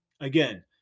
Again